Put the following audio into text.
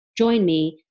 joinme